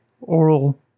oral